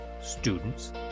students